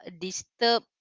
disturb